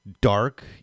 dark